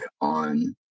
on